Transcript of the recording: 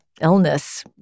illness